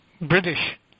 British